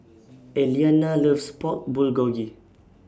Eliana loves Pork Bulgogi